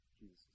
Jesus